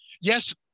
Yes